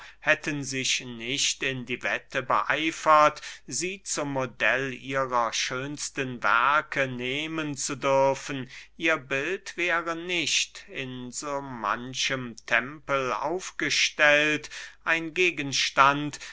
hätten sich nicht in die wette beeiferte sie zum modell ihrer schönsten werke nehmen zu dürfen ihr bild wäre nicht in so manchem tempel aufgestellt ein gegenstand